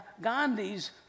Gandhi's